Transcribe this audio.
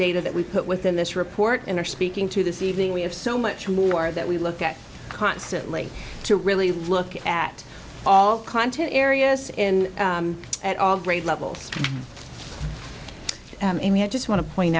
data that we put within this report in our speaking to this evening we have so much more that we look at constantly to really look at all content areas in at all grade levels and we had just want to point